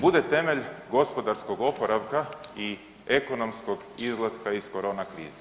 bude temelj gospodarskog oporavka i ekonomskog izlaska iz korona krize.